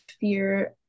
fear